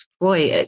boy